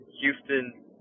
Houston